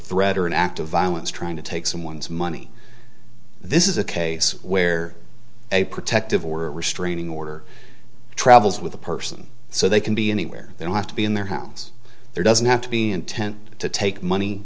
threat or an act of violence trying to take someone's money this is a case where a protective order restraining order travels with a person so they can be anywhere they don't have to be in their house there doesn't have to be intent to take money